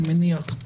אני מניח.